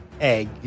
egg